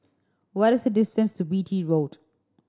what is the distance to Beatty Road